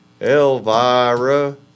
Elvira